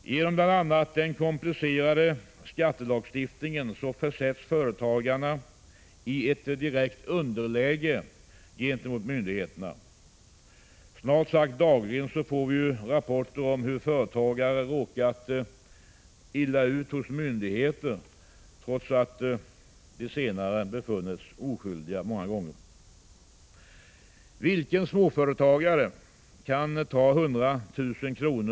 Genom bl.a. den komplicerade skattelagstiftningen försätts företagarna i ett direkt underläge gentemot myndigheterna. Snart sagt dagligen får vi rapporter om hur företagare råkat illa ut hos myndigheter trots att de senare befunnits oskyldiga. Vilken småföretagare kan ta 100 000 kr.